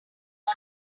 got